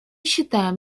считаем